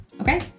Okay